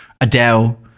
Adele